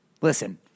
Listen